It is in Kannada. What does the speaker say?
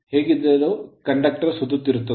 ಹೇಗಿದ್ದರು ಕಂಡಕ್ಟರ್ ಸುತ್ತುತ್ತಿರುತದೆ